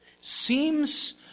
seems